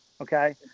okay